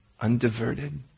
undiverted